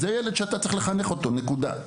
זה ילד שאתה צריך לחנך אותו, נקודה.